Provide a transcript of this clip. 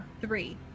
three